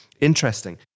interesting